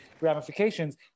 ramifications